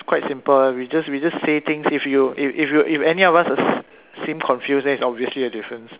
its quite simple lah we just we just say things if you if you if any of us seem confused then is obviously a difference